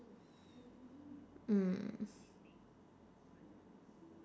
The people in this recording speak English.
mm